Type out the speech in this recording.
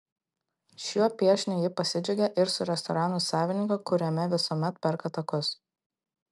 šiuo piešiniu ji pasidžiaugė ir su restorano savininku kuriame visuomet perka takus